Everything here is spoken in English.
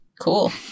cool